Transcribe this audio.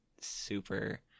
super